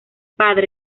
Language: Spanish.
padre